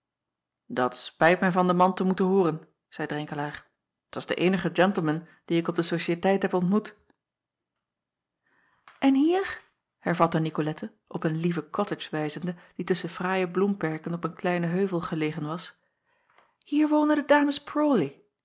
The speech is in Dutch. at spijt mij van den man te moeten hooren zeî renkelaer t was de eenige gentleman dien ik op de ociëteit heb ontmoet n hier hervatte icolette op een lieve cottage wijzende die tusschen fraaie bloemperken op een kleine heuvel gelegen was hier wonen de